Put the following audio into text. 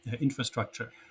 infrastructure